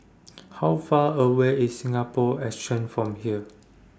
How Far away IS Singapore Exchange from here